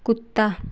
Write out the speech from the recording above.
कुत्ता